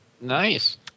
Nice